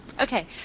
Okay